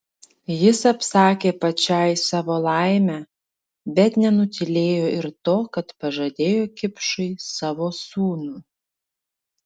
jis apsakė pačiai savo laimę bet nenutylėjo ir to kad pažadėjo kipšui savo sūnų